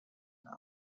وقتی